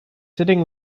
sitting